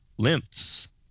lymphs